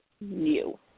new